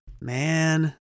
man